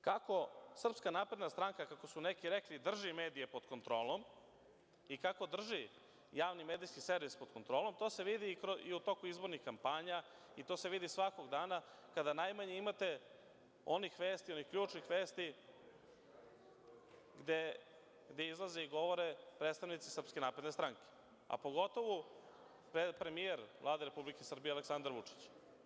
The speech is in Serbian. Kako SNS, kako su neki rekli, drži medije pod kontrolom i kako drži javni medijski servis pod kontrolom, to se vidi i tokom izbornih kampanja, i to se vidi svakog dana kada najmanje imate onih vesti ili ključnih vesti gde izlaze i govore predstavnici SNS, a pogotovo premijer Vlade Republike Srbije Aleksandar Vučić.